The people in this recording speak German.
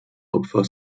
opfer